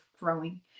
growing